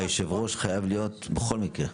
והיושב-ראש חייב להיות בכל מקרה?